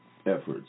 efforts